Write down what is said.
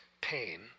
pain